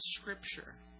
scripture